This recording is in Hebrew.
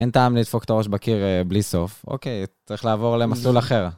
אין טעם לדפוק את הראש בקיר בלי סוף. אוקיי, צריך לעבור למסלול אחר.